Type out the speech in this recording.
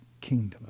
kingdom